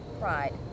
Pride